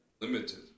limited